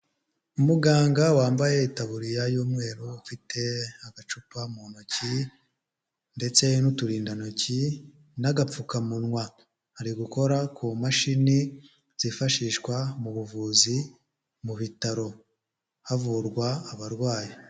Umuganga wambaye itaburiya y'umweru, ufite agacupa mu ntoki ndetse n'uturindantoki n'agapfukamunwa. Ari gukora ku mashini zifashishwa mu buvuzi mu bitaro. Havurwa abarwayi.